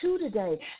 today